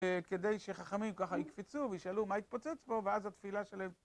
כדי שחכמים ככה יקפצו, וישאלו מה התפוצץ פה, ואז התפילה שלהם...